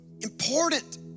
important